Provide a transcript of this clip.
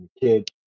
kid